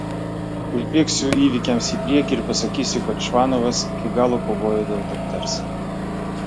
užbėgsiu įvykiams į priekį ir pasakysiu kad čvanovas iki galo kovojo dėl dukters